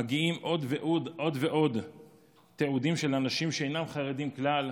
מגיעים עוד ועוד תיעודים על אנשים שאינם חרדים כלל,